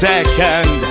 Second